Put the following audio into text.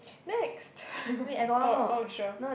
next oh oh sure